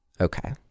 okay